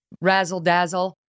razzle-dazzle